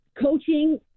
coaching